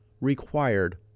required